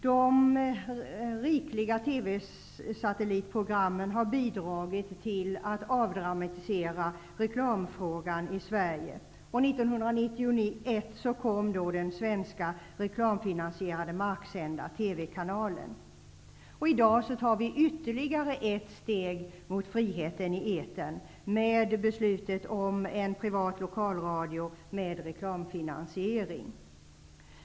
De rikliga TV satellitprogrammen har bidragit till att avdramatisera reklamfrågan i Sverige, och 1991 I dag tar vi ytterligare ett steg mot friheten i etern med beslutet om en privat lokalradio med reklamfinansiering.